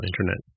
internet